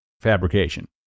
fabrication